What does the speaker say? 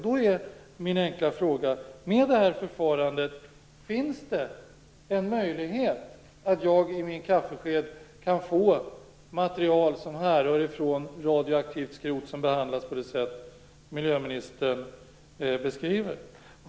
Då är min enkla fråga: Finns det med det här förfarandet en möjlighet att jag i min kaffesked kan få material som härrör från radioaktivt skrot som behandlas på det sätt som miljöministern beskriver?